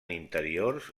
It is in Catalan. interiors